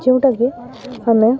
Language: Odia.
ଯେଉଁଟାକି ଆମେ